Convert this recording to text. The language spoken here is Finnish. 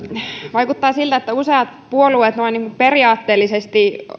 vaikuttaa siltä että useat puolueet noin niin kuin periaatteellisesti